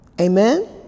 Amen